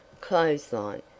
clothesline